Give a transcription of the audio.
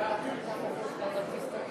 את הצעת חוק הנוער (שפיטה,